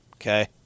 okay